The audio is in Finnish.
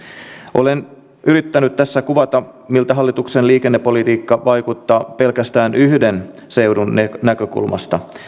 olen yrittänyt tässä kuvata miltä hallituksen liikennepolitiikka vaikuttaa pelkästään yhden seudun näkökulmasta